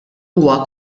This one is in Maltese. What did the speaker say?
huwa